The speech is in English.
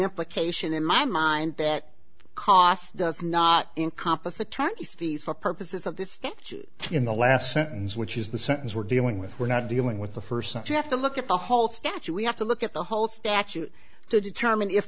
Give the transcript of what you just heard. implication in my mind that cost does not encompass attorney's fees for purposes of this statute in the last sentence which is the sentence we're dealing with we're not dealing with the first such you have to look at the whole statue we have to look at the whole statute to determine if